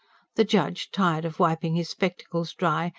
the judge, tired of wiping his spectacles dry,